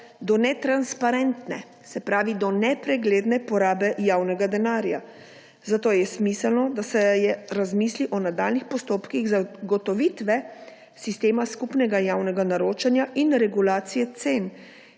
do netransparentne, se pravi do nepregledne porabe javnega denarja. Zato je smiselno, da se razmisli o nadaljnjih postopkih zagotovitve sistema skupnega javnega naročanja in regulacije cen